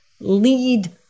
lead